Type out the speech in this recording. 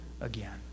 again